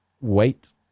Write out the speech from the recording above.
wait